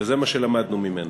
וזה מה שלמדנו ממנה: